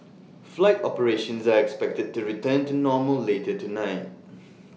flight operations are expected to return to normal later tonight